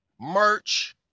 merch